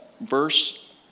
verse